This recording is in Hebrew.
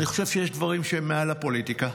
אני חושב שיש דברים שהם מעל הפוליטיקה,